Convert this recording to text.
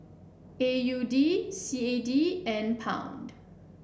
A U D C A D and Pound